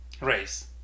race